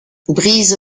brise